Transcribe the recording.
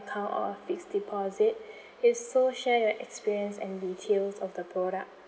account or a fixed deposit if so share your experience and details of the product